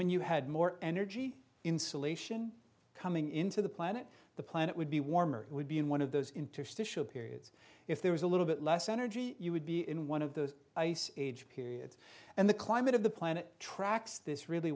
when you had more energy insulation coming into the planet the planet would be warmer it would be in one of those interstitial periods if there was a little bit less energy you would be in one of those ice age periods and the climate of the planet tracks this really